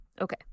Okay